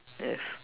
yes